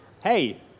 Hey